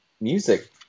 music